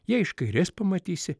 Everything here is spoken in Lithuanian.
jei iš kairės pamatysi